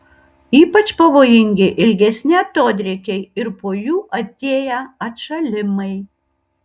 ypač pavojingi ilgesni atodrėkiai ir po jų atėję atšalimai